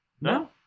no